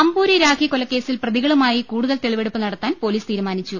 അമ്പൂരി രാഖി കൊലക്കേസിൽ പ്രതികളുമായി കൂടുതൽ തെളിവെടുപ്പ് നടത്താൻ പൊലീസ് തീരുമാനിച്ചു